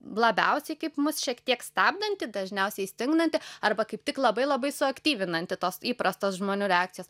labiausiai kaip mus šiek tiek stabdanti dažniausiai stingdanti arba kaip tik labai labai suaktyvinanti tos įprastos žmonių reakcijos